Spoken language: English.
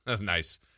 Nice